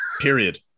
Period